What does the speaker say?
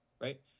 right